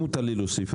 אם מותר לי להוסיף,